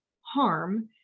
harm